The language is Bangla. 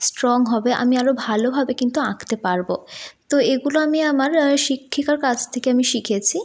স্ট্রং হবে আমি আরও ভালোভাবে কিন্তু আঁকতে পারব তো এগুলো আমি আমার শিক্ষিকার কাছ থেকে আমি শিখেছি